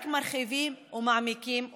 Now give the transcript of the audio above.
רק מרחיבים ומעמיקים אותם.